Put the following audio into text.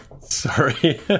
Sorry